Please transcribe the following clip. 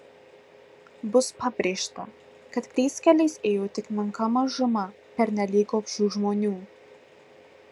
bus pabrėžta kad klystkeliais ėjo tik menka mažuma pernelyg gobšių žmonių